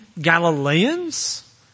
Galileans